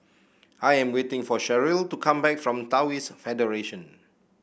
I am waiting for Cheryll to come back from Taoist Federation